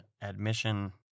admission